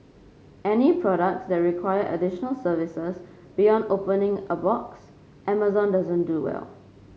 any products that require additional services beyond opening a box Amazon doesn't do well